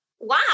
wow